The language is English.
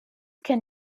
can